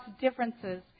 differences